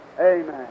Amen